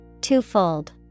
Twofold